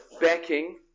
backing